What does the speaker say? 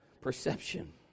Perception